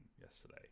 yesterday